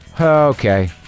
okay